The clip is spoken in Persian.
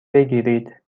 بگیرید